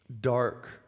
dark